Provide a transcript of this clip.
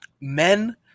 men